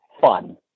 fun